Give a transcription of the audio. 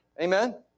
Amen